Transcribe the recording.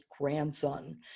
grandson